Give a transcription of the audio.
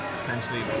potentially